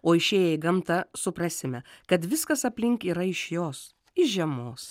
o išėję į gamtą suprasime kad viskas aplink yra iš jos iš žiemos